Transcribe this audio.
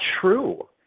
true